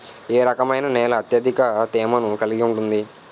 ఏ రకమైన నేల అత్యధిక తేమను కలిగి ఉంటుంది?